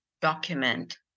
document